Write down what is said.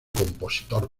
compositor